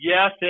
Yes